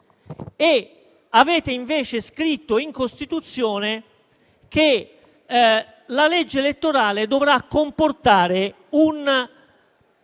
Avete, invece, scritto in Costituzione che la legge elettorale dovrà comportare un